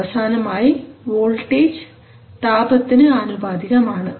അവസാനമായി ആയി വോൾട്ടേജ് താപത്തിന് ആനുപാതികം ആണ്